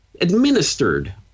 administered